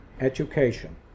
education